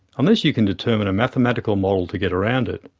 unless you can determine a mathematical model to get around it.